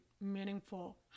meaningful